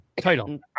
Title